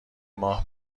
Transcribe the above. ماه